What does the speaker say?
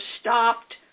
stopped